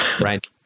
right